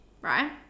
right